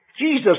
Jesus